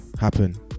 happen